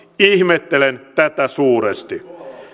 ihmettelen tätä suuresti